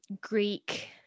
Greek